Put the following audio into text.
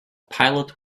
pilot